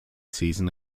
season